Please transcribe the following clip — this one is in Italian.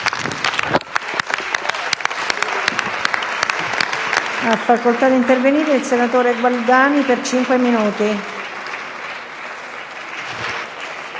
Grazie